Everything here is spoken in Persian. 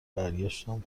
برگشتم